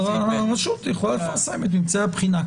הרשות יכולה לפרסם את ממצאי הבחינה.